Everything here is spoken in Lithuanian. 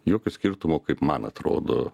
jokio skirtumo kaip man atrodo